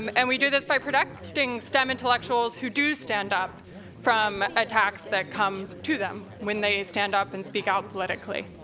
um and we do this by producting stem intellectuals who do stand up from attacks that come to them when they stand up and speak out politically.